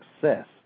success